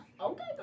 Okay